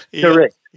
correct